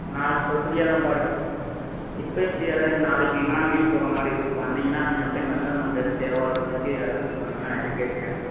நான் இப்போ ஃப்ரீயாகதான்பா இப்போயே ஃப்ரீயாகதான் இருக்கேன் நாளைக்கு நான் லீவு போடுகிற மாதிரி இருக்குப்பா வந்திங்கன்னா நீங்கள் அப்படியே மெஷர்மென்ட் எடுத்து எவ்வளோ மெட்டீரியல் ஆகும் சொன்னிங்கன்னா இறக்கி வச்சுடுவன் இப்போ